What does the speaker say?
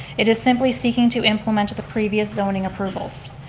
it is simply seeking to implement the previous zoning approvals.